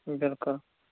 بِلکُل